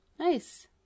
Nice